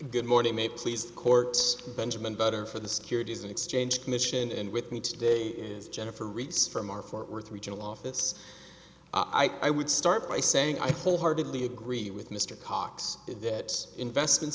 good morning may please courts benjamin better for the securities and exchange commission and with me today is jennifer rates from our fort worth regional office i would start by saying i full heartedly agree with mr cox that investment